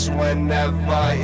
whenever